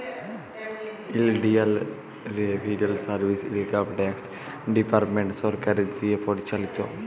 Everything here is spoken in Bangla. ইলডিয়াল revenue service income tax department সরকারের দিঁয়ে পরিচালিত